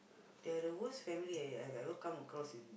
they're the worst family I have ever come across